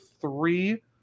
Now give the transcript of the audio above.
three